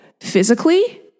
physically